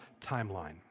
timeline